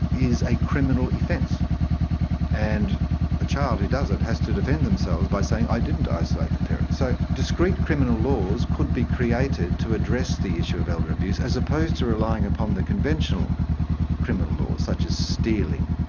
is a criminal offence and a child who does it have to defend themselves by saying, i didn't isolate the parent. so discrete criminal laws could be created to address the issue of elder abuse as opposed to relying upon the conventional criminal laws such as stealing.